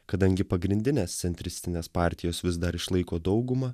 kadangi pagrindinės centristinės partijos vis dar išlaiko daugumą